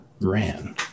ran